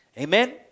Amen